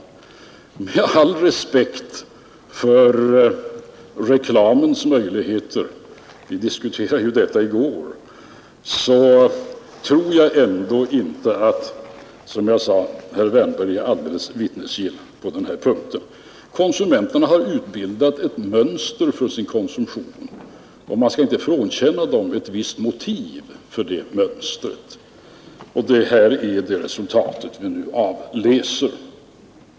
Med all respekt för reklamens möjligheter — vi diskuterade ju detta i går — tror jag ändå inte, som jag sade, att herr Wärnberg är alldeles vittnesgill på denna punkt. Konsumenterna har utbildat ett mönster för sin konsumtion, och man skall inte frånkänna dem ett visst motiv för detta mönster. Det är resultatet härav vi nu kan avläsa.